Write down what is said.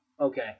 Okay